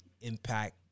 impact